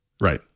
right